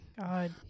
God